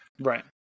Right